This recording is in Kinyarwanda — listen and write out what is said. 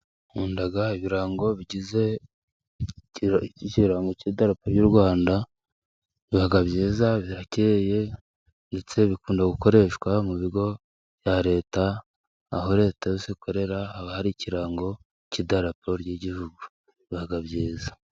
Nkunda ibirango bigize ikirango k'idarapo ry'u Rwanda. Biba byiza, birakeye, ndetse bikunda gukoreshwa mu bigo bya leta. Aho leta yose ikorera haba hari ikirango k'idaraporo ry'igihugu, biba byiza.